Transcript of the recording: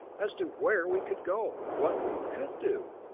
as to where we could go. what we could do.